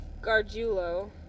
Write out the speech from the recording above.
Gargiulo